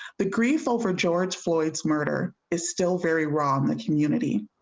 the grief over george floyd's murder is still very raw. um the community.